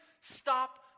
stop